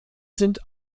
sind